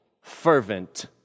fervent